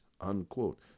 Unquote